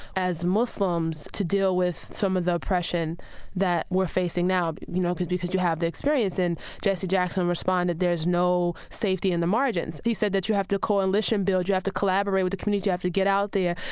as muslims, to deal with some of the oppression that we're facing now, you know, because because you have the experience? and jesse jackson responded, there's no safety in the margins he said that you have to coalition-build, you have to collaborate with the community, you have to get out there.